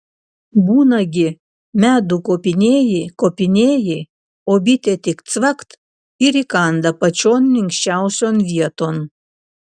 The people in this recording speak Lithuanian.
būna gi medų kopinėji kopinėji o bitė tik cvakt ir įkanda pačion minkščiausion vieton